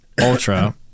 ultra